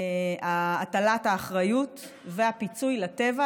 הטלת האחריות והפיצוי לטבע.